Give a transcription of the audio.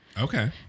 Okay